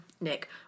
Nick